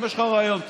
אם יש לך רעיון טוב,